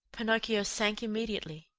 pinocchio sank immediately.